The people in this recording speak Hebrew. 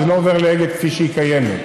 וזה לא עובר לאגד כפי שהיא קיימת.